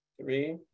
three